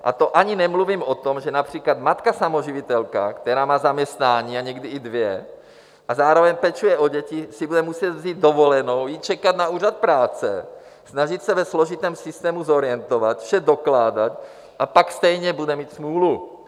A to ani nemluvím o tom, že například matka samoživitelka, která má zaměstnání a někdy i dvě a zároveň pečuje o děti, si bude muset vzít dovolenou, jít čekat na úřad práce, snažit se ve složitém systému zorientovat, vše dokládat, a pak stejně bude mít smůlu.